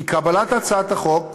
כי קבלת הצעת החוק,